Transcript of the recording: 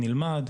נלמד,